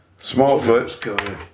Smallfoot